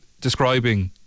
describing